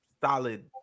solid